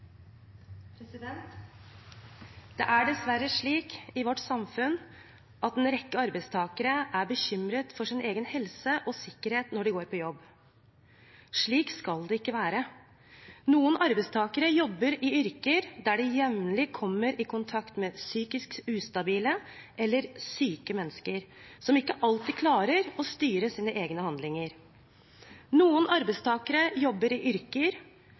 dessverre slik i vårt samfunn at en rekke arbeidstakere er bekymret for sin egen helse og sikkerhet når de går på jobb. Slik skal det ikke være. Noen arbeidstakere jobber i yrker der de jevnlig kommer i kontakt med psykisk ustabile eller syke mennesker som ikke alltid klarer å styre sine egne handlinger. Noen arbeidstakere jobber i yrker